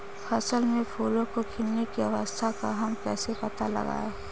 फसल में फूलों के खिलने की अवस्था का हम कैसे पता लगाएं?